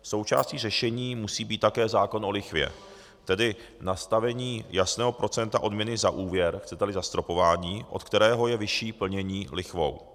Součástí řešení musí být také zákon o lichvě, tedy nastavení jasného procenta odměny za úvěr, chceteli zastropování, od kterého je vyšší plnění lichvou.